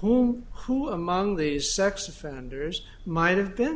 who who among these sex offenders might have been